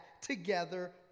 together